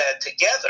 together